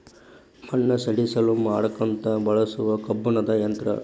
ಮಣ್ಣ ಸಡಿಲ ಮಾಡಾಕಂತ ಬಳಸು ಕಬ್ಬಣದ ಯಂತ್ರಾ